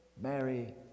mary